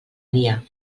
dia